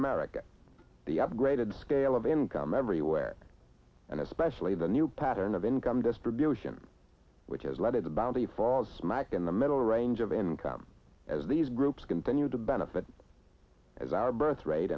america the upgraded scale of income everywhere and especially the new pattern of income distribution which has led to the bounty for smack in the middle range of income as these groups continue to benefit as our birth